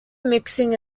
mixing